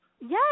Yes